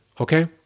okay